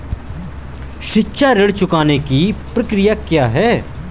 शिक्षा ऋण चुकाने की प्रक्रिया क्या है?